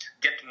get